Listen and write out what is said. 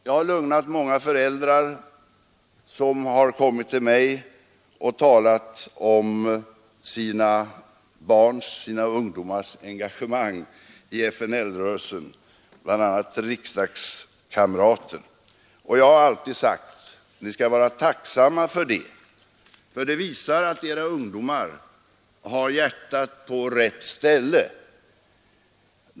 Jag har lugnat många oroliga föräldrar, bl.a. riksdagskamrater, som har kommit till mig och talat om sina barns och ungdomars engagemang i FNL-rörelsen, och jag har alltid sagt: Ni skall vara tacksamma för det. Det visar att era ungdomar har hjärtat på rätta stället.